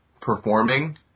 performing